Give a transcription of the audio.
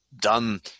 done